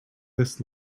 this